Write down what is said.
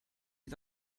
you